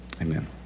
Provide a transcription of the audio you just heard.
Amen